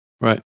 Right